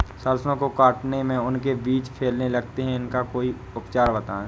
सरसो को काटने में उनके बीज फैलने लगते हैं इसका कोई उपचार बताएं?